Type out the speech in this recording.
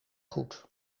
goed